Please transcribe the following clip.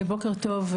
בוקר טוב,